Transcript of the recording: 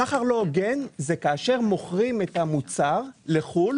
סחר לא הוגן זה כאשר מוכרים את המוצר לחו"ל